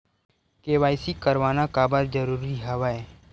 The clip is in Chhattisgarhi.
के.वाई.सी करवाना काबर जरूरी हवय?